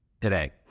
today